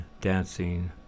dancing